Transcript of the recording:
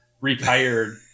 retired